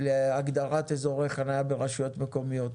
להגדרת אזורי חניה ברשויות מקומיות.